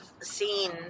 seen